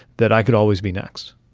that i could always be next